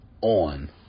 on